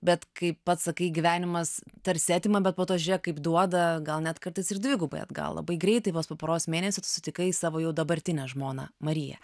bet kai pats sakai gyvenimas tarsi atima bet po to žiūrėk kaip duoda gal net kartais ir dvigubai atgal labai greitai vos po poros mėnesių tu sutikai savo jau dabartinę žmoną mariją